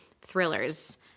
thrillers